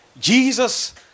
Jesus